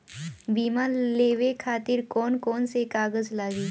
बीमा लेवे खातिर कौन कौन से कागज लगी?